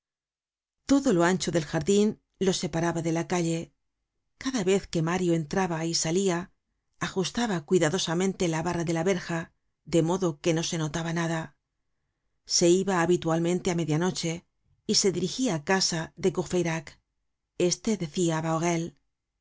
todo lo ancho del jardin los separaba de la calle cada vez que mario entraba y salia ajustaba cuidadosamente la barra de la verja de modo que no se notaba nada se iba habitualmente á media noche y se dirigia á casa de courfeyrac este decia